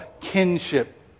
kinship